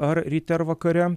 ar ryte ar vakare